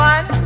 One